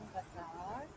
Bazaar